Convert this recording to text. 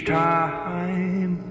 time